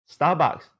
Starbucks